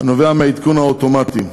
הנובע מהעדכון האוטומטי.